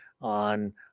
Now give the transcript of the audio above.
on